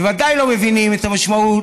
וודאי לא מבינים את המשמעות